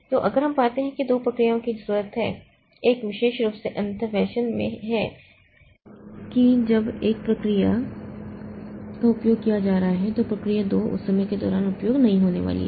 तो अगर हम पाते हैं कि दो प्रक्रियाओं की जरूरत है एक विशेष रूप से अनन्य फैशन में है कि जब प्रक्रिया 1 का उपयोग किया जा रहा है तो प्रक्रिया 2 उस समय के दौरान उपयोग नहीं होने वाली है